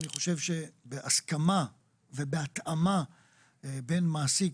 אני חושב שבהסכמה ובהתאמה בין מעסיק